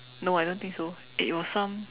no I don't think so it was some